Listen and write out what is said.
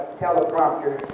teleprompter